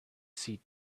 see